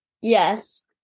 Yes